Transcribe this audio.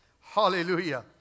Hallelujah